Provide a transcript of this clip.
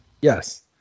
Yes